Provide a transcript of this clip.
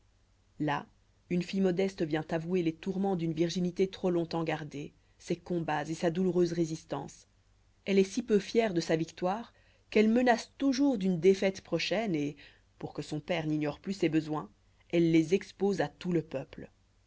là une fille modeste vient avouer les tourments d'une virginité trop longtemps gardée ses combats et sa douloureuse résistance elle est si peu fière de sa victoire qu'elle menace toujours d'une défaite prochaine et pour que son père n'ignore plus ses besoins elle les expose à tout le peuple